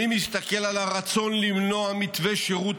אני מסתכל על הרצון למנוע מתווה שירות